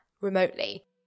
remotely